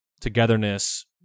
togetherness